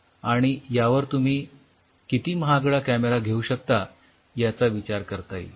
आणि यावर तुम्ही किती महागडा कॅमेरा घेऊ शकता याचा विचार करता येईल